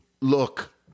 look